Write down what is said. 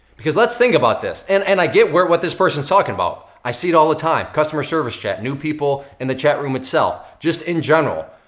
because let' think about this. and and i get where what this person's talking about. i see it all the time. customer service chat, new people in the chat room itself, just in general.